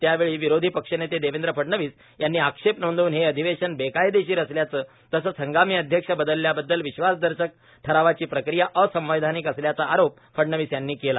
त्यावेळी विरोधी पक्षनेते देवेंद्र फडणवीस यांनी आक्षेप नोंदवून हे अधिवेशन बेकायदेशिर असल्याचं तसंच हंगामी अध्यक्ष बदलल्याबद्दल विश्वासदर्शक ठरावाची प्रक्रिया असंवैधानिक असल्याचा आरोप फडणवीस यांनी केला